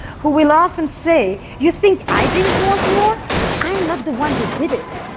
who will often say, you think i didn't want more? but i'm not the one who did it.